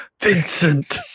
Vincent